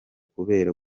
kubera